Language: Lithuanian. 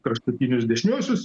kraštutinius dešiniuosius